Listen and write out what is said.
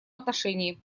отношении